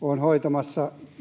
olen